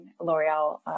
L'Oreal